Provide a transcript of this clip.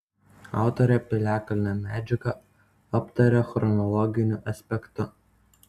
autorė piliakalnio medžiagą aptaria chronologiniu aspektu